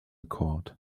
court